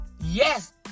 yes